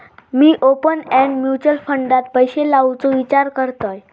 मी open end mutual फंडात पैशे लावुचो विचार करतंय